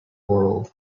world